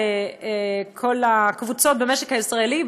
כל הקבוצות במשק הישראלי,